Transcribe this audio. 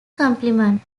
complement